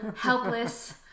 helpless